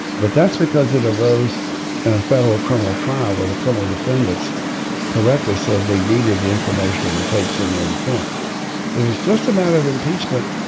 but that's because it arose in a federal criminal trial where the criminal defendants correctly said they needed the information and the tapes in their defense it was just a matter of impeachment.